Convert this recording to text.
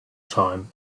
time